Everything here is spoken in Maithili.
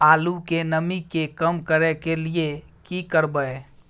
आलू के नमी के कम करय के लिये की करबै?